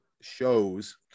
Shows